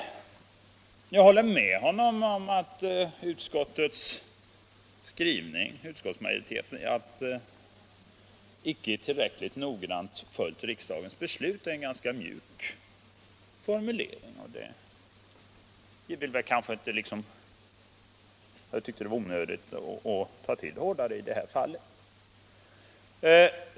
Jag håller med herr Mossberg om att utskottets skrivning att regeringen ”icke tillräckligt noggrant iakttagit vad riksdagen beslutat” är en ganska mjuk formulering, men vi tyckte att det var onödigt att ta i hårdare i det här fallet.